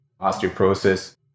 osteoporosis